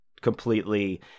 completely